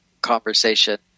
conversation